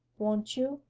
won't you,